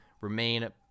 remain